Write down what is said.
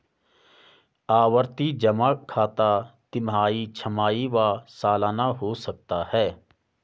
आवर्ती जमा खाता तिमाही, छमाही व सलाना हो सकता है